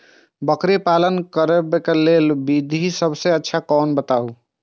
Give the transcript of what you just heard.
बकरी पालन करबाक लेल विधि सबसँ अच्छा कोन बताउ?